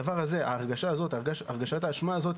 הרגשת האשמה הזאת,